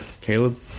Caleb